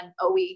OE